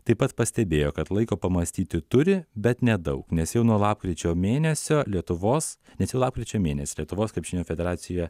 taip pat pastebėjo kad laiko pamąstyti turi bet nedaug nes jau nuo lapkričio mėnesio lietuvos nes jau lapkričio mėnesį lietuvos krepšinio federacija